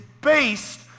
Based